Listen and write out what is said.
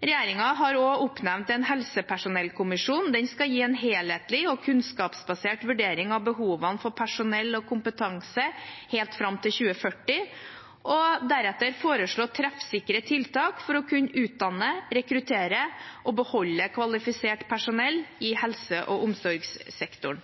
har også oppnevnt en helsepersonellkommisjon. Den skal gi en helhetlig og kunnskapsbasert vurdering av behovene for personell og kompetanse helt fram til 2040, og deretter foreslå treffsikre tiltak for å kunne utdanne, rekruttere og beholde kvalifisert personell i helse- og omsorgssektoren.